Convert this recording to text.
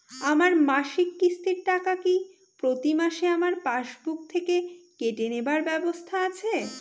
আমার মাসিক কিস্তির টাকা কি প্রতিমাসে আমার পাসবুক থেকে কেটে নেবার ব্যবস্থা আছে?